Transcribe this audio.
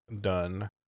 done